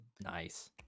Nice